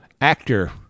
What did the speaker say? actor